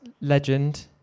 legend